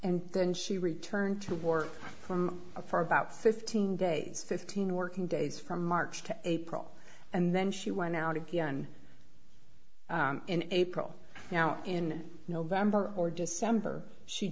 and then she returned to work from for about fifteen days fifteen working days from march to april and then she went out again in april now in november or december she